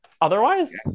otherwise